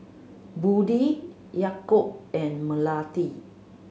Budi Yaakob and Melati